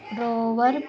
rover